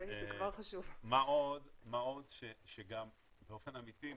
מה עוד שגם באופן אמתי,